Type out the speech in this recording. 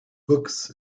books